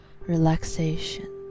relaxation